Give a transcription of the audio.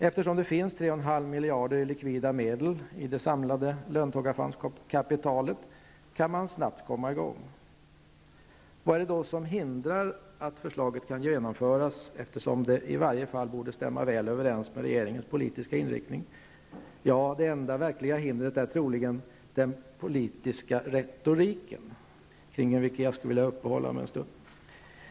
Eftersom det finns 3,5 miljard i likvida medel i det samlade löntagarfondskapitalet kan man snabbt komma i gång. Vad är det då som hindrar att förslaget kan genomföras, eftersom det i varje fall borde stämma väl överens med regeringens politiska inrikting? Ja, det enda verkliga hindret är troligen den politiska ''retoriken'', kring vilken jag skulle vilja uppehålla mig en stund.